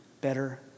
better